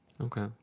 Okay